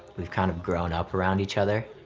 we've kind of grown up around each other.